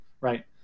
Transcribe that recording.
right